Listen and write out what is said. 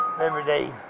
everyday